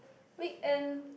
weekend